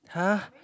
[huh]